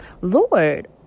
Lord